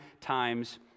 times